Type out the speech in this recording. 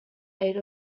eight